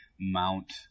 mount